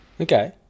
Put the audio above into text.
Okay